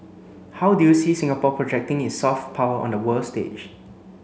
how do you see Singapore projecting its soft power on the world stage